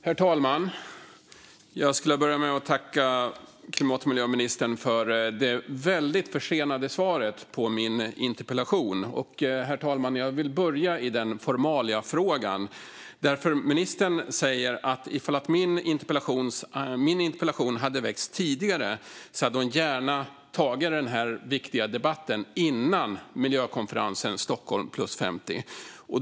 Herr talman! Jag vill börja med att tacka klimat och miljöministern för det väldigt försenade svaret på min interpellation. Jag vill börja i formaliafrågan, herr talman. Ministern säger att om min interpellation hade väckts tidigare hade hon gärna tagit den här viktiga debatten innan miljökonferensen Stockholm + 50.